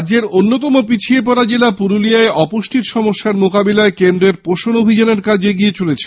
রাজ্যের অন্যতম পিছিয়ে পড়া জেলা পুরুলিয়ায় অপুষ্টির সমস্যা মোকাবিলায় কেন্দ্রীয় সরকারের পোষণ অভিযান এর কাজ এগিয়ে চলেছে